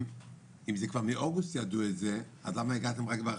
אם זה כבר מאוגוסט ידעו את זה אז למה הגעתם רק,